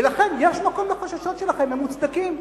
ולכן, יש מקום לחששות שלכם, הם מוצדקים.